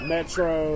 Metro